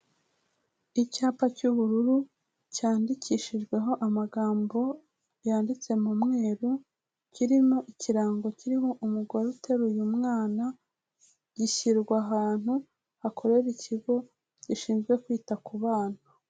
Icyapa cy'ubururu cyandikishijweho amagambo yanditse mu mweru, kirimo ikirango kiriho umugore uteruye umwana, gishyirwa ahantu hakorera ikigo gishinzwe kwita ku bana.